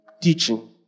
teaching